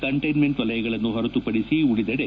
ಕಂಟ್ಟಿನ್ಲೆಂಟ್ವಲಯಗಳನ್ನು ಹೊರತುಪಡಿಸಿ ಉಳಿದೆಡೆ